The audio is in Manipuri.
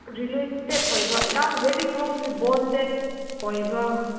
ꯔꯤꯂꯦꯇꯦꯗ ꯑꯣꯏꯕ ꯌꯥꯝ ꯕꯦꯔꯤ ꯀ꯭ꯂꯣꯁꯂꯤ ꯕꯣꯟꯗꯦꯗ ꯑꯣꯏꯕ